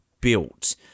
built